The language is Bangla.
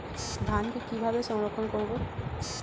ধানকে কিভাবে সংরক্ষণ করব?